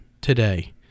today